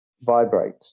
vibrate